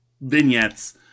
vignettes